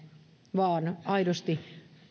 vaan aidosti